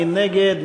מי נגד?